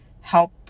help